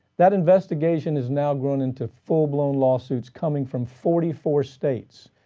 that investigation has now grown into full blown lawsuits coming from forty four states.